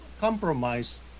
compromise